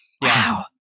Wow